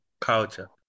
culture